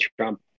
Trump